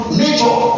nature